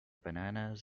bananas